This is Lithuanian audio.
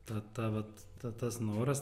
ta ta vat ta tas noras